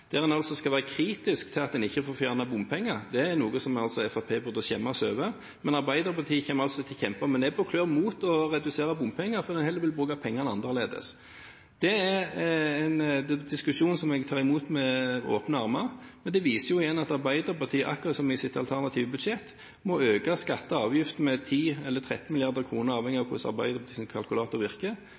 der en skal være kritisk til at en ikke får fjernet bompenger – dette er noe som altså Fremskrittspartiet burde skjemmes over, men Arbeiderpartiet kommer altså til å kjempe med nebb og klør mot å redusere bompenger fordi en heller vil bruke pengene annerledes. Det er en diskusjon som jeg tar imot med åpne armer, men det viser jo igjen at Arbeiderpartiet akkurat som i sitt alternative budsjett må øke skatter og avgifter med 10 eller 13 mrd. kr – avhengig av hvordan Arbeiderpartiets kalkulator virker